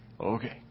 Okay